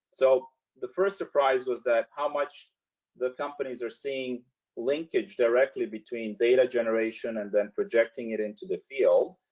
so the first surprise was that how much the companies are seeing linkage directly between data generation and then projecting it into the field.